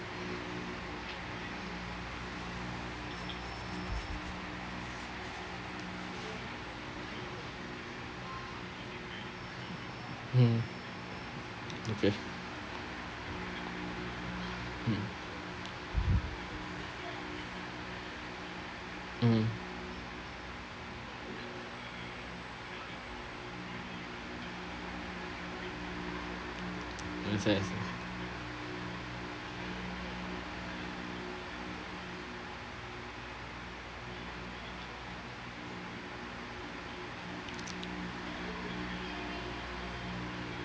mm okay mm mm understand I see